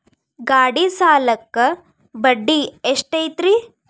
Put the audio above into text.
ಗಾಡಿ ಸಾಲಕ್ಕ ಬಡ್ಡಿ ಎಷ್ಟೈತ್ರಿ?